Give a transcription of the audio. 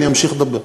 אני אמשיך לדבר.